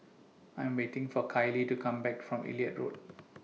I Am waiting For Kailey to Come Back from Elliot Road